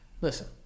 Listen